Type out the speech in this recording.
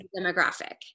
demographic